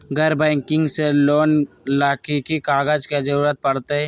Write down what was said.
गैर बैंकिंग से लोन ला की की कागज के जरूरत पड़तै?